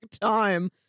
time